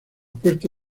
puesto